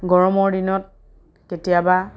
গৰমৰ দিনত কেতিয়াবা